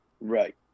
Right